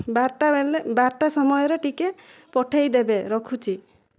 ବାରଟା ହେଲେ ବାରଟା ସମୟରେ ଟିକେ ପଠାଇଦେବେ ରଖୁଛି